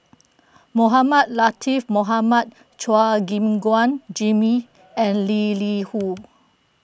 Mohamed Latiff Mohamed Chua Gim Guan Jimmy and Lee Li Hu